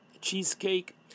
cheesecake